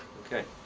okay.